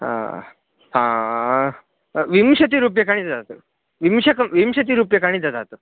हा हा विंशतिरूप्यकाणि ददातु विंशक विंशतिरूप्यकाणि ददातु